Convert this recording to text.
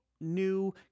new